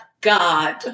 God